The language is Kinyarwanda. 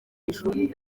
ishuri